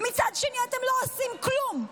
מצד שני, אתם לא עושים כלום.